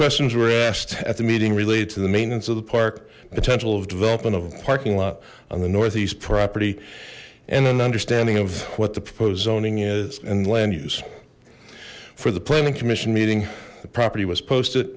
questions were asked at the meeting related to the maintenance of the park potential of development of a parking lot on the northeast property and an understanding of what the proposed zoning is and land use for the planning commission meeting the property was posted